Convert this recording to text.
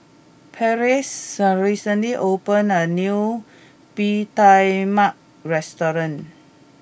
Pleas recently opened a new Bee Tai Mak restaurant